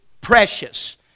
precious